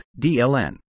DLN